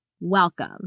welcome